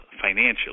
financially